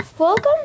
Welcome